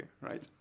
right